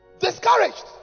Discouraged